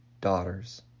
daughters